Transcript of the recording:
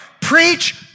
Preach